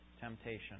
temptation